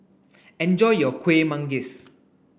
enjoy your Kuih Manggis